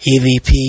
EVP